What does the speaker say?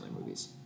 movies